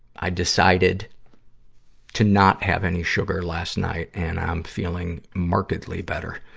i decided to not have any sugar last night, and i'm feeling markedly better,